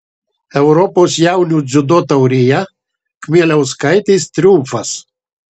europos jaunių dziudo taurėje kmieliauskaitės triumfas